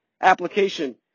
application